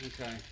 Okay